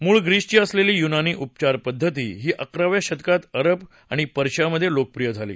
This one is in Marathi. मूळ ग्रीसची असलेली युनानी उपचार पद्धती ही अकराव्या शतकात अरब आणि पर्शियामधे लोकप्रिय झाली